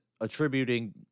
attributing